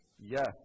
Yes